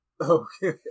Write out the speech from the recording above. Okay